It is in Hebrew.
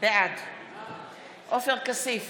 בעד עופר כסיף,